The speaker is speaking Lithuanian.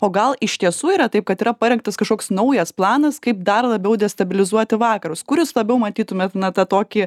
o gal iš tiesų yra taip kad yra parengtas kažkoks naujas planas kaip dar labiau destabilizuoti vakarus kur jūs labiau matytumėt na tą tokį